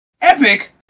Epic